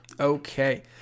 Okay